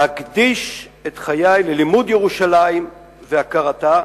להקדיש את חיי ללימוד ירושלים והכרתה,